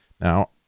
now